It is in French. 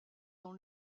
dans